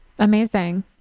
Amazing